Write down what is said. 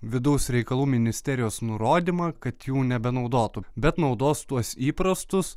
vidaus reikalų ministerijos nurodymą kad jų nebenaudotų bet naudos tuos įprastus